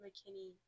McKinney